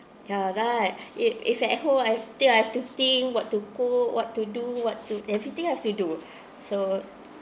ya right if if at home I still I have to think what to cook what to do what to everything I have to do so